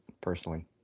personally